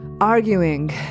arguing